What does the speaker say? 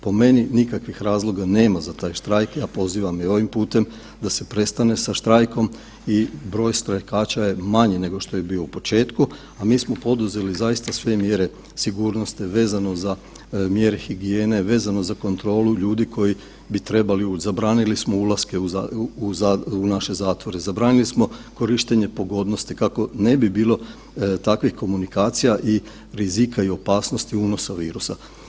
Po meni nikakvih razloga nema za taj štrajk ja pozivam i ovim putem da se prestane sa štrajkom i broj štrajkaša je manji nego što je bio u početku, a mi smo poduzeli zaista sve mjere sigurnosti vezano za mjere higijene, vezano za kontrolu ljudi koji bi trebali, zabranili smo ulaske u naše zatvore, zabranili smo korištenje pogodnosti kako ne bi bilo takvih komunikacija i rizika i opasnosti unosa virusa.